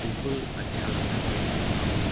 बिल्कुल अच्छा लग रहा था उस टाइम और